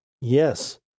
Yes